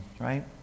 right